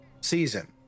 season